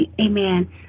Amen